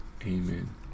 amen